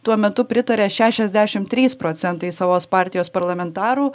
tuo metu pritarė šešiasdešimt trys procentai savos partijos parlamentarų